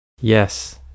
Yes